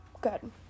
good